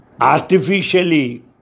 artificially